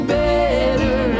better